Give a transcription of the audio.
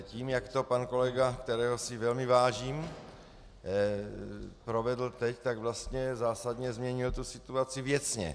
Tím, jak to pan kolega, kterého si velmi vážím, provedl teď, tak vlastně zásadně změnil situaci věcně.